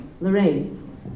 Lorraine